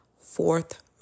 fourth